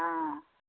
हाँ